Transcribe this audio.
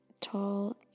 tall